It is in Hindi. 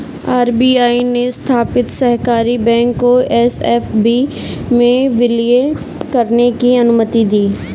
आर.बी.आई ने स्थापित सहकारी बैंक को एस.एफ.बी में विलय करने की अनुमति दी